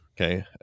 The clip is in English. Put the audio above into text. okay